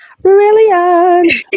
brilliant